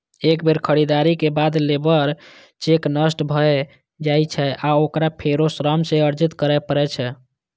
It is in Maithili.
एक बेर खरीदारी के बाद लेबर चेक नष्ट भए जाइ छै आ ओकरा फेरो श्रम सँ अर्जित करै पड़ै छै